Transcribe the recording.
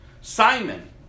Simon